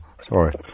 sorry